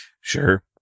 Sure